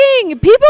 People